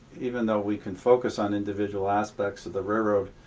even though we can focus on individual aspects of the railroad,